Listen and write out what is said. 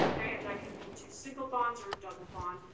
like but two single bonds or a double bond.